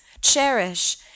cherish